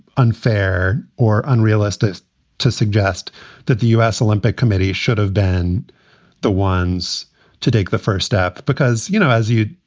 unfair or unrealistic to suggest that the u s. olympic committee should have been the ones to take the first step because, you know, as you.